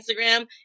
Instagram